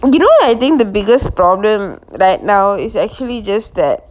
you know I think the biggest problem right now is actually just that